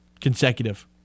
Consecutive